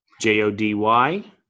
J-O-D-Y